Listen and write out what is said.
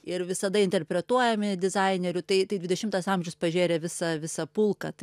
ir visada interpretuojami dizainerių tai tai dvidešimtas amžius pažėrė visą visą pulką